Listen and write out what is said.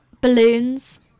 Balloons